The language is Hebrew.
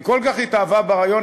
היא כל כך התאהבה ברעיון,